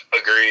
Agreed